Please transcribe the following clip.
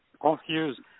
confuse